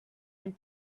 and